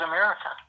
America